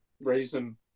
reason